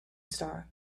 star